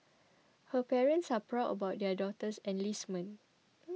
her parents are proud about their daughter's enlistment